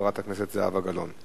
חברת הכנסת זהבה גלאון.